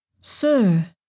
Sir